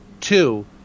Two